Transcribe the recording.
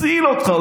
והוא הציל אותך,